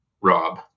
rob